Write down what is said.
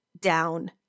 down